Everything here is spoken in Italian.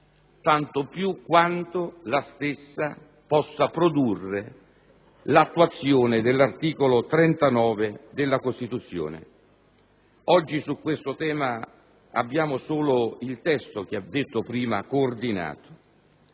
tanto più quando essa può produrre l'attuazione dell'articolo 39 della Costituzione. Oggi su questo tema abbiamo solo il testo coordinato,